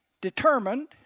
determined